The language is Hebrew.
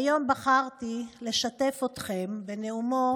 היום בחרתי לשתף אתכם בנאומו